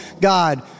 God